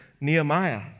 Nehemiah